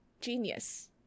Genius